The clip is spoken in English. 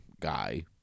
guy